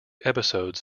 episodes